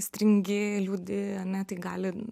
stringi liūdi ane tai gali